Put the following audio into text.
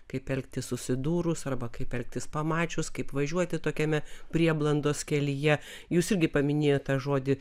kaip elgtis susidūrus arba kaip elgtis pamačius kaip važiuoti tokiame prieblandos kelyje jūs irgi paminėjot tą žodį